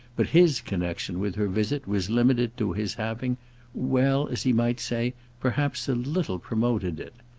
but his connexion with her visit was limited to his having well, as he might say perhaps a little promoted it.